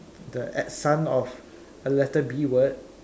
the uh son of a letter B word